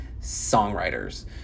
songwriters